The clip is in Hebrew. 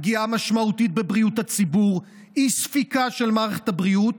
פגיעה משמעותית בבריאות הציבור ואי-ספיקה של מערכת הבריאות,